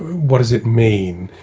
what does it mean,